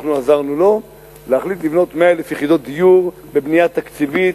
ואנחנו עזרנו לו להחליט לבנות 100,000 יחידות דיור בבנייה תקציבית.